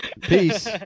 Peace